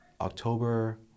October